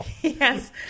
yes